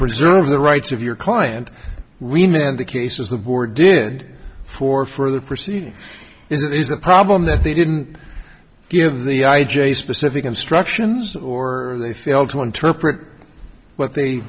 preserve the rights of your client remain on the case as the board did for further proceedings is that is the problem that they didn't give the i j a specific instructions or they failed to interpret what they